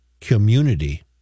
community